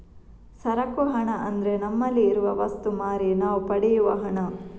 ಸರಕು ಹಣ ಅಂದ್ರೆ ನಮ್ಮಲ್ಲಿ ಇರುವ ವಸ್ತು ಮಾರಿ ನಾವು ಪಡೆಯುವ ಹಣ